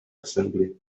assembly